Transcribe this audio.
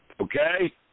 Okay